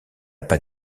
pas